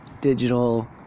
digital